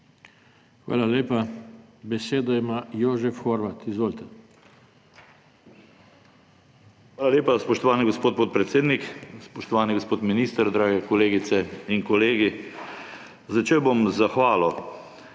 Hvala lepa. Besedo ima Jožef Horvat. Izvolite. JOŽEF HORVAT (PS NSi): Hvala lepa, spoštovani gospod podpredsednik. Spoštovani gospod minister, drage kolegice in kolegi! Začel bom z zahvalo.